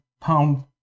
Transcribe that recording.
pound